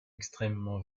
extrêmement